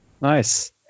Nice